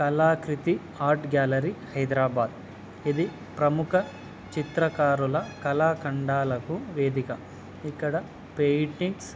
కళాకృతి art gallery Hyderabad ఇది ప్రముఖ చిత్రకారుల కళాఖండాలకు వేదిక ఇక్కడ పెయింటింగ్స్